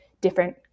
different